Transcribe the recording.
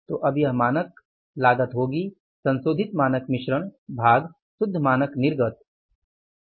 तो यह अब मानक लागत होगी संशोधित मानक मिश्रण भाग शुद्ध मानक निर्गत क